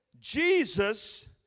Jesus